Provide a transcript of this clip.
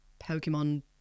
Pokemon